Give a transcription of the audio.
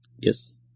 Yes